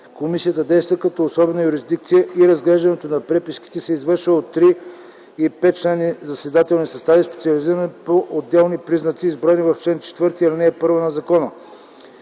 Комисията действа като особена юрисдикция и разглеждането на преписките се извършва от три и петчленни заседателни състави, специализирани по отделните признаци, изброени в чл. 4, ал. 1 на закона.